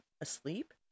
Asleep